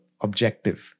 objective